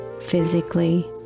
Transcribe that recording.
physically